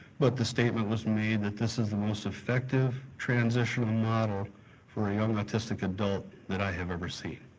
but the statement was made that this is the most effective transitional model for a young autistic adult that i have ever seen.